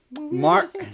Mark